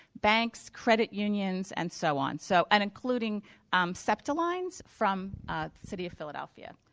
banks, credit unions, and so on. so, and including septa lines from the city of philadelphia.